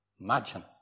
Imagine